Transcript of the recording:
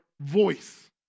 voice